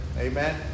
Amen